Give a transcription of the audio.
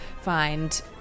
find